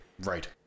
Right